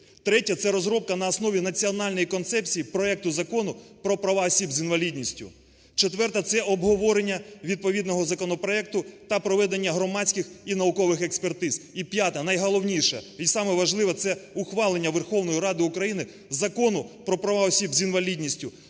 Третє – це розробка на основі національної концепції проекту Закону про права осіб з інвалідністю. Четверте – це обговорення відповідного законопроекту та проведення громадських і наукових експертиз. І п'яте, найголовніше і саме важливе – це ухвалення Верховною Радою України Закону про права осіб з інвалідністю